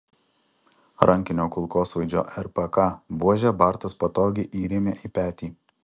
rankinio kulkosvaidžio rpk buožę bartas patogiai įrėmė į petį